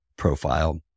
profile